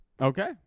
Okay